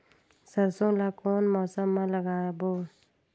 सरसो ला कोन मौसम मा लागबो?